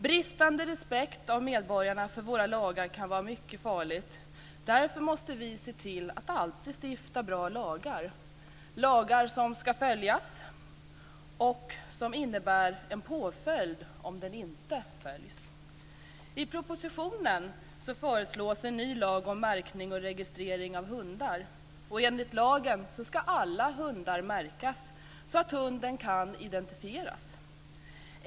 Bristande respekt av medborgarna för våra lagar kan vara mycket farlig. Därför måste vi se till att alltid stifta bra lagar, lagar som ska följas och som innebär en påföljd om de inte följs. I propositionen föreslås en ny lag om märkning och registrering av hundar. Enligt lagen ska alla hundar märkas så att hunden kan identifieras.